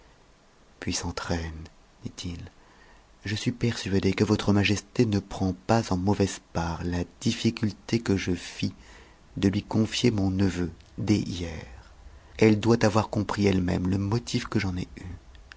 puissante e dit if je suis persuadé que votre majesté ne prend pas en mau sc part la difficulté que je fis de lui confier mon neveu dès hier elle bavoir compris eue mêmeie motif que j'en ai eu